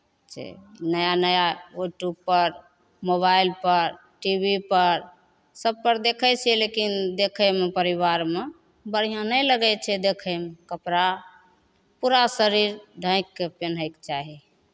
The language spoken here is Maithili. छै नया नया यूट्यूबपर मोबाइलपर टीवीपर सभपर देखै छियै लेकिन देखैमे परिवारमे बढ़िआँ नहि लगै छै देखैमे कपड़ा पूरा शरीर ढाँकि कऽ पेन्हैके चाही